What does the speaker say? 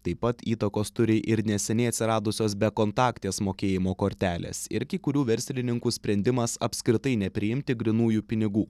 taip pat įtakos turi ir neseniai atsiradusios bekontaktės mokėjimo kortelės ir kai kurių verslininkų sprendimas apskritai nepriimti grynųjų pinigų